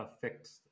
fixed